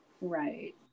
right